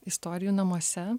istorijų namuose